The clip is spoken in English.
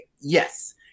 yes